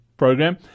program